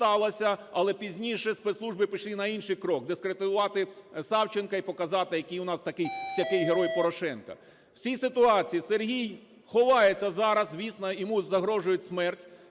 Але пізніше спецслужби пішли на інший крок – дискредитувати Савченко і показати, який у нас такий-сякий герой Порошенко. В цій ситуації Сергій ховається зараз, звісно, йому загрожує смерть.